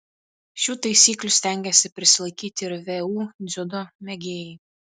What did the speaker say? šių taisyklių stengiasi prisilaikyti ir vu dziudo mėgėjai